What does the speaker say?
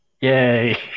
Yay